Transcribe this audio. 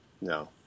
No